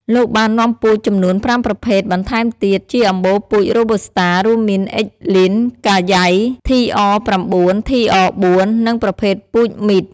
លោកបាននាំពូជចំនួន៥ប្រភេទបន្ថែមទៀតជាអម្បូពូជ រ៉ូប៊ូស្តា រួមមាន X.Lin កាយ៉ៃ TR9 TR4 និង ប្រភេទពូជMit ។